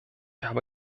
habe